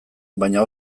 baina